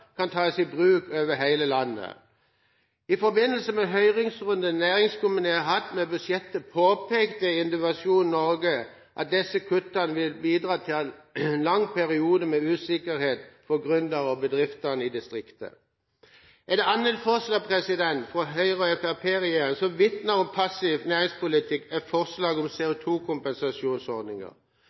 kan tas i bruk over hele landet. I forbindelse med høringsrunder næringskomiteen har hatt om budsjettet, påpekte Innovasjon Norge at disse kuttene vil bidra til en lang periode med usikkerhet for gründere og bedrifter i distriktet. Et annet forslag fra Høyre–Fremskrittsparti-regjeringa som vitner om passiv næringspolitikk, er forslaget om